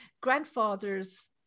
grandfather's